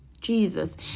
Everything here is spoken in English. Jesus